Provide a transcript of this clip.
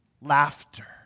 laughter